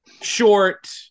short